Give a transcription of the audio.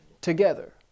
together